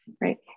right